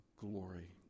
glory